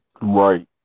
Right